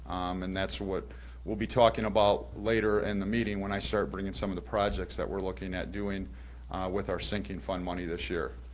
and that's what we'll be talking about later in and the meeting when i start bringing some of the projects that we're looking at doing with our sinking fund money this year.